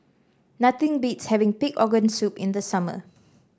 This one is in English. nothing beats having Pig Organ Soup in the summer